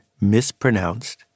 mispronounced